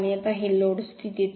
आता हे लोड स्थितीत नाही